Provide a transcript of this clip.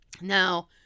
Now